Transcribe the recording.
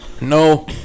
no